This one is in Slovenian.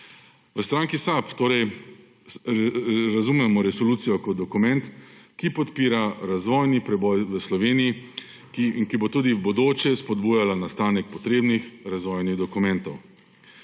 V stranki SAB torej razumemo resolucijo kot dokument, ki podpira razvojni preboj v Sloveniji in ki bo tudi v prihodnje spodbujala nastanek potrebnih razvojnih dokumentov.